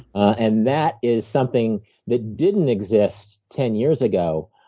and that is something that didn't exist ten years ago,